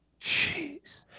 Jeez